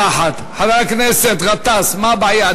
מה הבעיה?